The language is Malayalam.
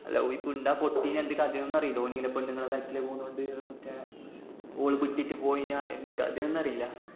ആ ലൗ ഇപ്പോൾ ഉണ്ട് പൊട്ടീന എന്ത് കഥയൊന്നും അറിയില്ല ഓൻ ഇങ്ങനെ പെണ്ണുങ്ങളുടെ ബാക്കിൽ പോകുന്നോണ്ട് ഒക്കെ ഓള് വിട്ടിട്ട് പോയിനോ എന്ത് കഥയൊന്നും അറിയില്ല